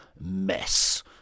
mess